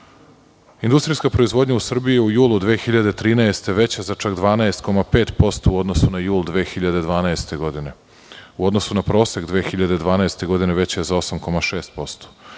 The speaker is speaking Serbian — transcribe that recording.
loše. Industrijska proizvodnja u Srbiji u julu 2013. godine je veća za čak 12,5% u odnosu na jul 2012. godine. U odnosu na prosek 2012. godine veća je za 8,6%.